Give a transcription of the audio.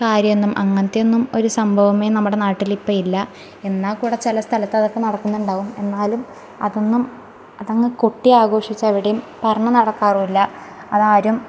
കാര്യമൊന്നും അങ്ങനത്തെ ഒന്നും ഒരു സംഭവമേ നമ്മുടെ നാട്ടിൽ ഇപ്പമില്ല എന്നാക്കൂടെ ചില സ്ഥലത്ത് അതൊക്കെ നടക്കുന്നുണ്ടാവും എന്നാലും അതൊന്നും അതങ്ങ് കൊട്ടിയാഘോഷിച്ച് എവിടേം പറഞ്ഞ് നടക്കാറുവില്ല അതാരും